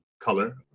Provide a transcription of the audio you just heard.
color